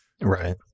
Right